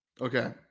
Okay